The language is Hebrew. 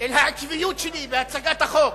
אל העקביות שלי בהצגת החוק